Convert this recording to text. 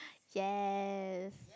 yes